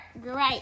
great